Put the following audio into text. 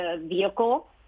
vehicle